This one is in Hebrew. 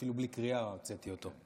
אפילו בלי קריאה הוצאתי אותו.